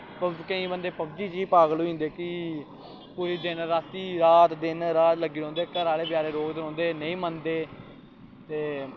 केईं लोग पवजी च गै पागल होई जंदे कि पूरी रातीं दिन रात लग्गे रौंह्दे घर आह्ले बचैरे रोकदे रौंह्दे नेईं मनदे ते